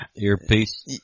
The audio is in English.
Earpiece